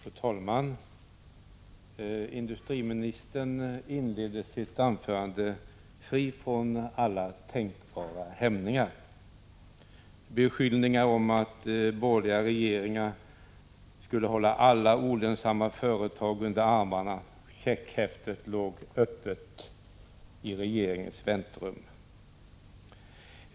Fru talman! Industriministern inledde sitt anförande fri från alla tänkbara hämningar med beskyllningar om att borgerliga regeringar skulle hålla alla olönsamma företag under armarna — checkhäftet låg öppet i regeringens väntrum.